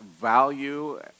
value